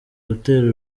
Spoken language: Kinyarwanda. gutera